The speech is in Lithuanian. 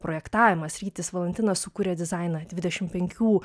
projektavimas rytis valantinas sukūrė dizainą dvidešimt penkių